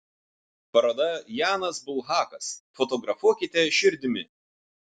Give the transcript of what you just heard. paroda janas bulhakas fotografuokite širdimi